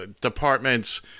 departments